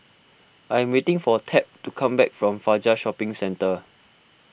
I am waiting for Tab to come back from Fajar Shopping Centre